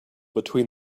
between